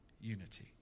unity